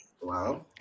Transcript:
Wow